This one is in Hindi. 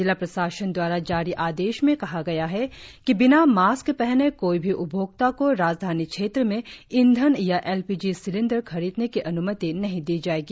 जिला प्रशासन द्वारा जारी आदेश में कहा गया है कि बिना मास्क पहने कोई भी उपभोक्ता को राजधानी क्षेत्र में ईंधन या एल पी जी सिलिंडर खरीदने की अन्मति नहीं दी जाएगी